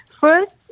First